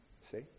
See